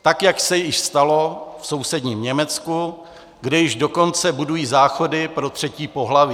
Tak jak se již stalo v sousedním Německu, kde již dokonce budují záchody pro třetí pohlaví.